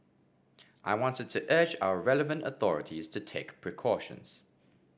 I wanted to urge our relevant authorities to take precautions